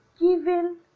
given